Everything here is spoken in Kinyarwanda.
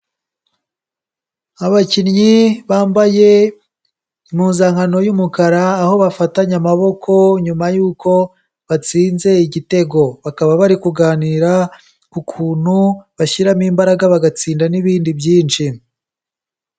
Abakinnyi bambaye impuzankano y'umukara, aho bafatanye amaboko nyuma y'uko batsinze igitego. Bakaba bari kuganira ku kuntu bashyiramo imbaraga bagatsinda n'ibindi byinshi.